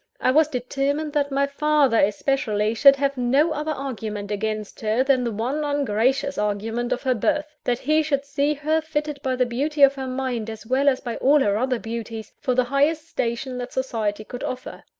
i was determined that my father, especially, should have no other argument against her than the one ungracious argument of her birth that he should see her, fitted by the beauty of her mind, as well as by all her other beauties, for the highest station that society could offer.